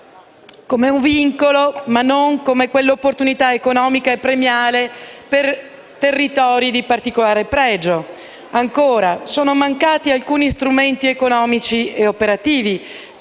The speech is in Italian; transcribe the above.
come un vincolo, ma non come quell’opportunità economica e premiale per territori di particolare pregio. Ancora, sono mancati alcuni strumenti economici ed operativi